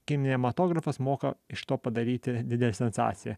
kinematografas moka iš to padaryti didesnę sensaciją